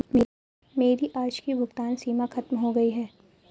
मेरी आज की भुगतान सीमा खत्म हो गई है